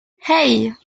hey